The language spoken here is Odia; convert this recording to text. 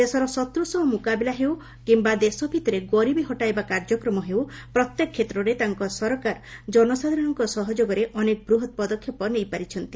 ଦେଶର ଶତ୍ର ସହ ମୁକାବିଲା ହେଉ କିୟା ଦେଶ ଭିତରେ ଗରିବୀ ହଟାଇବା କାର୍ଯ୍ୟକ୍ରମ ହେଉ ପ୍ରତ୍ୟେକ କ୍ଷେତ୍ରରେ ତାଙ୍କ ସରକାର ଜନସାଧାରରଙ୍କ ସହଯୋଗରେ ଅନେକ ବୃହତ୍ ପଦକ୍ଷେପ ନେଇପାରିଛନ୍ତି